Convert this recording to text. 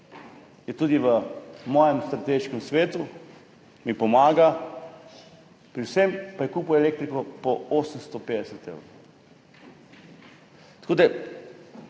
je tudi v mojem strateškem svetu, mi pomaga pri vsem, pa je kupil elektriko po 850 evrov. In